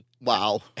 wow